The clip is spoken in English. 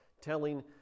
telling